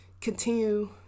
continue